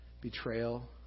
betrayal